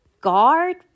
guard